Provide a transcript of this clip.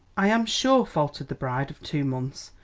i am sure, faltered the bride of two months,